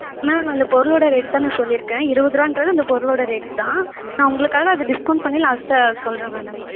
ma'am அந்த பொருளோடய rate தான் நான் சொல்லிருக்கேன் இருபது ரூபான்றது அந்த பொருளோடய ரேட் தான் நான் உங்களுக்காக அதை டிஸ்கௌண்ட் பண்ணி லாஸ்ட்டா சொல்கிறேன் மேடம்